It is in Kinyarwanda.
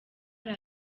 bari